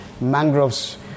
mangroves